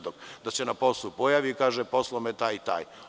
Da se na poslu pojavi i kaže – posao me taj i taj.